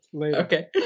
okay